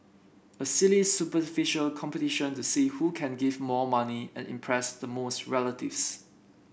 a silly superficial competition to see who can give more money and impress the most relatives